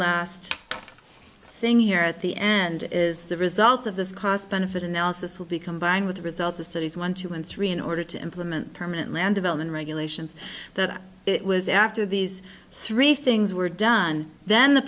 last thing here at the end is the results of this cost benefit analysis will be combined with the results of studies one two and three in order to implement permanent land development regulations that it was after these three things were done then the